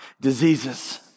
diseases